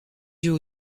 yeux